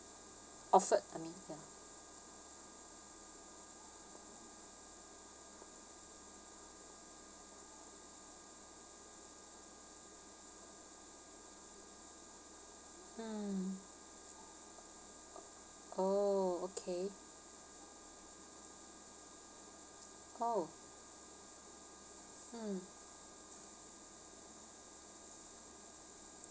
offered I mean ya mm oh okay oh mm